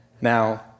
Now